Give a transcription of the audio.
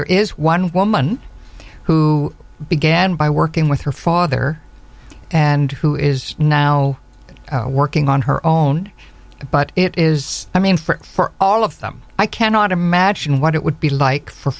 there is one woman who began by working with her father and who is now working on her own but it is i mean for all of them i cannot imagine what it would be like for